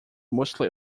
mostly